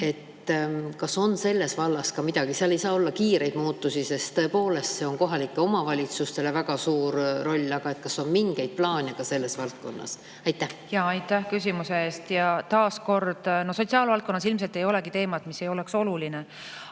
Kas on selles vallas ka midagi? Seal ei saa olla kiireid muutusi, sest tõepoolest, see on kohalikele omavalitsustele väga suur [koormus], aga kas on mingeid plaane ka selles valdkonnas? Aitäh küsimuse eest! Taas kord, sotsiaalvaldkonnas ilmselt ei olegi teemat, mis ei oleks oluline,